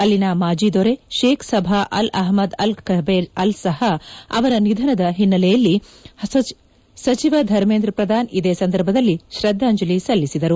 ಅಲ್ಲಿನ ಮಾಜಿ ದೊರೆ Sheikh Sabah Al Ahmad Al Jaber Al ಸಹ ಅವರ ನಿಧನದ ಹಿನ್ನೆಲೆಯಲ್ಲಿ ಸಚಿವ ಧರ್ಮೇಂದ್ರ ಪ್ರದಾನ್ ಇದೇ ಸಂದರ್ಭದಲ್ಲಿ ಶ್ರದ್ದಾಂಜಲಿ ಸಲ್ಲಿಸಿದರು